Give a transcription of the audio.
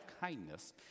kindness